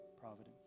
providence